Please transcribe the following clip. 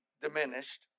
diminished